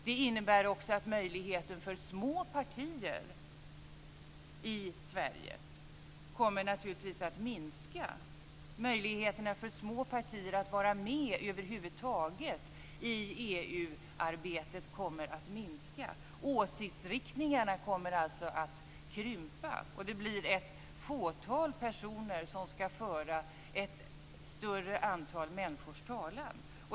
Det innebär också att möjligheterna för små partier i Sverige kommer att minska. Möjligheterna för små partier att vara med över huvud taget i EU-arbetet kommer att minska. Åsiktsriktningarna kommer alltså att krympa. Det blir ett fåtal personer som ska föra ett större antal människors talan.